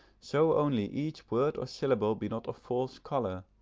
so only each word or syllable be not of false colour,